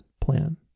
plan